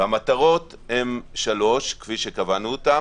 המטרות הן שלוש, כפי שקבענו אותן: